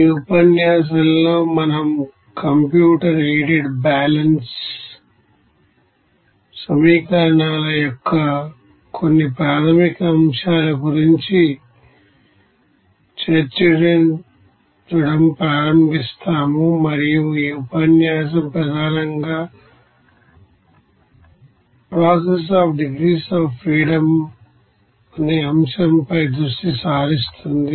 ఈ ఉపన్యాసంలో మనం కంప్యూటర్ ఎయిడెడ్ బ్యాలెన్స్ సమీకరణాల యొక్క కొన్ని ప్రాథమికాంశాల గురించి చర్చించడం ప్రారంభిస్తాము మరియు ఈ ఉపన్యాసం ప్రధానంగా ప్రాసెస్ డిగ్రీస్ అఫ్ ఫ్రీడమ్ పై దృష్టి సారిస్తుంది